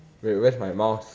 wait where's my mouse